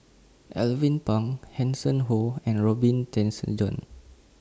Alvin Pang Hanson Ho and Robin Tessensohn